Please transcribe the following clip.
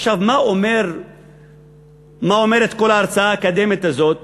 עכשיו, מה אומרת כל ההרצאה האקדמית הזאת